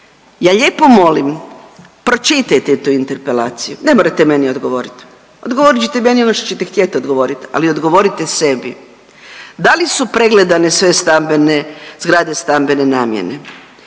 Ja lijepo molim, pročitajte tu Interpelaciju, ne morate meni odgovoriti, odgovorit ćete meni ono što ćete htjeti odgovoriti, ali odgovorite sebi. Da li su pregledane sve stambene, zgrade stambene namjene?